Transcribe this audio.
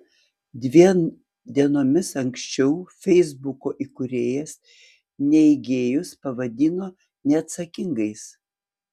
dviem dienomis anksčiau feisbuko įkūrėjas neigėjus pavadino neatsakingais